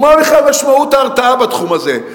ומה בכלל משמעות ההרתעה בתחום הזה?